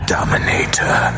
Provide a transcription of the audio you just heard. Dominator